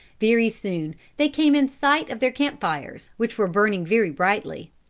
very soon they came in sight of their camp-fires, which were burning very brightly.